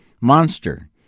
Monster